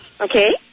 Okay